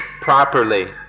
properly